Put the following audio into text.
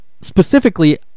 specifically